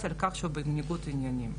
השופט בדימוס אליעזר ריבלין,